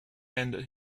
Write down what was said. ended